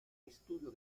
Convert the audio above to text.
estudio